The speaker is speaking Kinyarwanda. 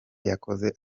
yakoze